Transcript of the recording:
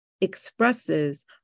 expresses